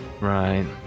Right